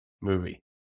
movie